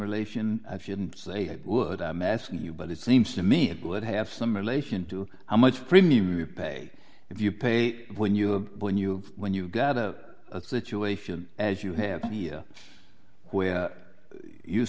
relation i shouldn't say would i'm asking you but it seems to me it would have some relation to how much premium you pay if you pay when you when you when you've got a situation as you have here where you